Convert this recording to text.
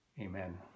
Amen